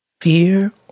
Fear